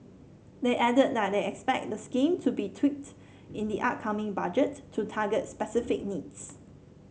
they added that they expect the scheme to be tweaked in the upcoming Budget to target specific needs